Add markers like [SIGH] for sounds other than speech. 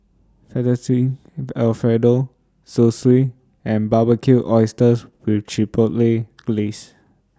Fettuccine [HESITATION] Alfredo Zosui and Barbecued Oysters with Chipotle Glaze